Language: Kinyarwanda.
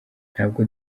ntabwo